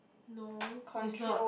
no is not